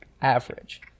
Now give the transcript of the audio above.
average